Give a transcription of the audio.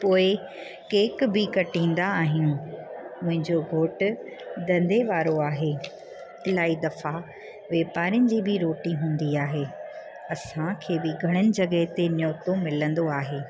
पोइ केक बि कटींदा आहियूं मुंहिंजो घोटु धंधे वारो आहे इलाही दफ़ा वापारियुनि जी बि रोटी हूंदी आहे असांखे बि घणनि जॻहि ते न्यौतो मिलंदो आहे